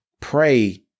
pray